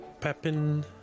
peppin